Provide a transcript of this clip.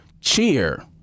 cheer